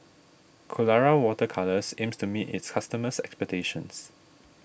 Colora Water Colours aims to meet its customers' expectations